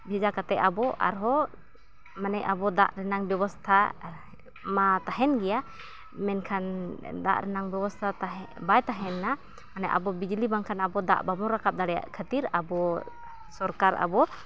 ᱵᱷᱮᱡᱟ ᱠᱟᱛᱮᱫ ᱟᱵᱚ ᱟᱨᱦᱚᱸ ᱢᱟᱱᱮ ᱟᱵᱚ ᱫᱟᱜ ᱨᱮᱱᱟᱜ ᱵᱮᱵᱚᱥᱛᱷᱟ ᱢᱟ ᱛᱟᱦᱮᱱ ᱜᱮᱭᱟ ᱢᱮᱱᱠᱷᱟᱱ ᱫᱟᱜ ᱨᱮᱱᱟᱜ ᱵᱮᱵᱚᱥᱛᱟ ᱵᱟᱭ ᱛᱟᱦᱮᱸᱞᱮᱱᱟ ᱢᱟᱱᱮ ᱟᱵᱚ ᱵᱤᱡᱽᱞᱤ ᱵᱟᱝᱠᱷᱟᱱ ᱟᱵᱚ ᱫᱟᱜ ᱵᱟᱵᱚᱱ ᱨᱟᱠᱟᱵ ᱫᱟᱲᱮᱭᱟᱜ ᱠᱷᱟᱹᱛᱤᱨ ᱟᱵᱚ ᱥᱚᱨᱠᱟᱨ ᱟᱵᱚ